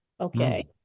Okay